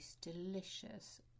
delicious